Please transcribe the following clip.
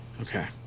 Okay